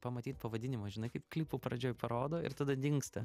pamatyt pavadinimo žinai kaip klipų pradžioj parodo ir tada dingsta